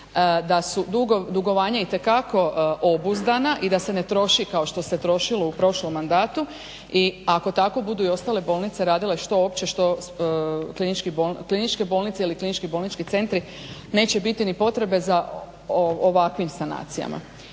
da su dugovanja itekako obuzdana i da se ne troši kao što se trošilo u prošlom mandatu i ako tako budu i ostale bolnice radile, što opće, što kliničke bolnice ili klinički bolnički centri neće biti ni potrebe za ovakvim sanacijama.